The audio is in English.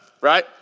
right